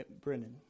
Brennan